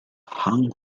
hung